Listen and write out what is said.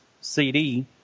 CD